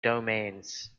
domains